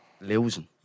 losing